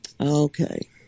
Okay